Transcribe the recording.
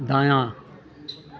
दायाँ